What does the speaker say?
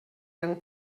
young